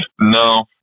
no